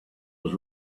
was